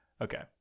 Okay